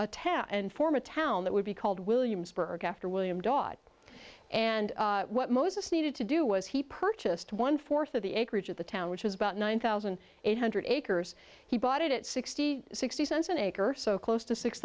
ten and form a town that would be called williamsburg after william dog and moses needed to do was he purchased one fourth of the acreage of the town which was about one thousand eight hundred acres he bought it at sixty sixty cents an acre so close to six